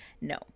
No